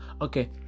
okay